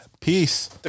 Peace